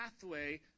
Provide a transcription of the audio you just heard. pathway